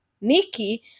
Nikki